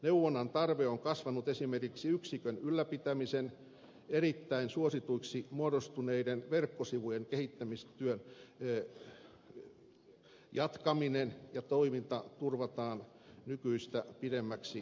neuvonnan tarve on kasvanut ja esimerkiksi yksikön ylläpitämien erittäin suosituiksi muodostuneiden verkkosivujen kehittämistyö edellyttää että toiminta turvataan nykyistä pidemmäksi ajaksi